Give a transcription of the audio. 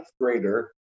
grader